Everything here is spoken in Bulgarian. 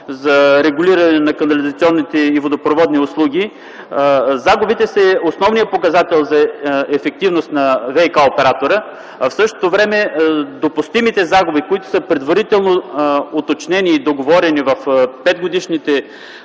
за регулиране на канализационните и водопроводни услуги загубите са основният показател за ефективност на ВиК оператора, а в същото време допустимите загуби, които са предварително уточнени и договорени в 5-годишните